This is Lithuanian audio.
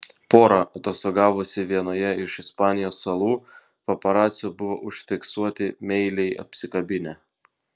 pora atostogavusi vienoje iš ispanijos salų paparacių buvo užfiksuoti meiliai apsikabinę